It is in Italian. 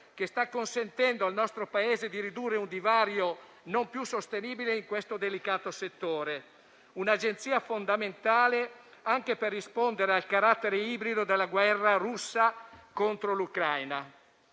che sta consentendo al nostro Paese di ridurre un divario non più sostenibile in questo delicato settore; un'agenzia fondamentale anche per rispondere al carattere ibrido della guerra russa contro l'Ucraina.